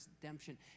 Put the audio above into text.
redemption